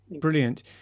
brilliant